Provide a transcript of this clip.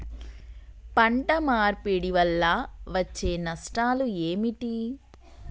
పంట మార్పిడి వల్ల వచ్చే నష్టాలు ఏమిటి?